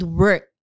work